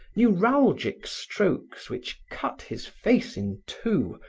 neuralgic strokes which cut his face in two,